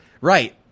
Right